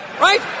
right